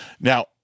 Now